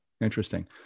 Interesting